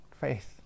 Faith